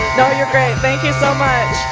so you're great. thank you so much.